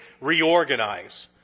reorganize